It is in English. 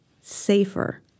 safer